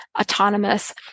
autonomous